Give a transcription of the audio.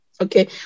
Okay